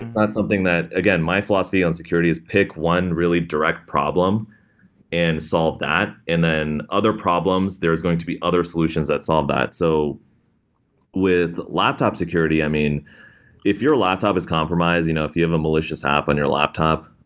that's something that again, my philosophy on security is pick one really direct problem and solve that. and then other problems, there's going to be other solutions that solve that. so with laptop security, i mean if your laptop is compromised, you know if you have a malicious app on your laptop,